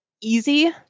easy